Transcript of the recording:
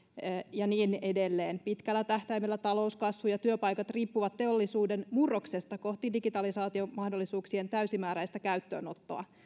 ja niin edelleen pitkällä tähtäimellä talouskasvu ja työpaikat riippuvat teollisuuden murroksesta kohti digitalisaation mahdollisuuksien täysimääräistä käyttöönottoa